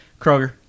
Kroger